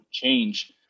change